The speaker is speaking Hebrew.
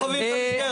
הם משביתים את הילדים.